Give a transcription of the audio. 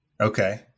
Okay